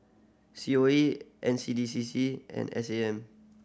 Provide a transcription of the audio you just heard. C O E and C D C C and S A M